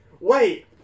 wait